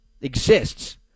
exists